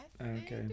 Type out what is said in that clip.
Okay